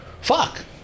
fuck